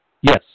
Yes